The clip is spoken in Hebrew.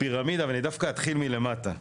הפירמידה,